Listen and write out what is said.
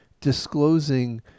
disclosing